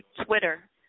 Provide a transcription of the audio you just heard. Twitter